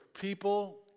people